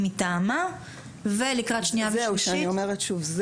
מטעמה ולקראת שנייה ושלישית --- אני אומרת שוב,